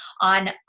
on